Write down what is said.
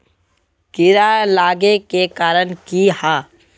कीड़ा लागे के कारण की हाँ?